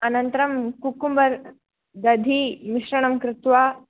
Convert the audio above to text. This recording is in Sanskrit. अनन्तरं कुक्कुम्बर् दधि मिश्रणं कृत्वा